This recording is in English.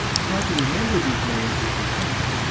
try to remember these names if you can,